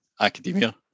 academia